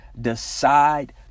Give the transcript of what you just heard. decide